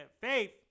faith